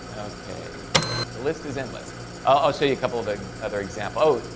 okay the list is endless us a couple big other example